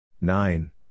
Nine